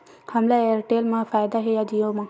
हमला एयरटेल मा फ़ायदा हे या जिओ मा?